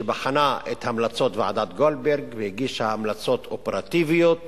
שבחנה את המלצות ועדת-גולדברג והגישה המלצות אופרטיביות